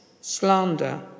slander